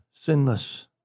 sinless